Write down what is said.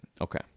okay